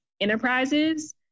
enterprises